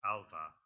Alva